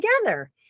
together